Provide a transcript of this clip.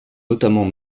notamment